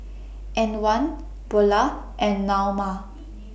Antwan Beulah and Naoma